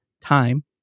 time